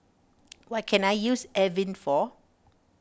what can I use Avene for